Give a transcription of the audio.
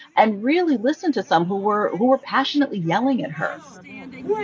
and really listen to some who were who were passionately yelling at her. and yeah